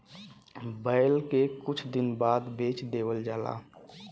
बैल के कुछ दिन बाद बेच देवल जाला